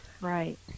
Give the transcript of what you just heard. right